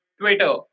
Twitter